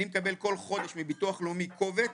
אני מקבל כל חודש מביטוח לאומי קובץ,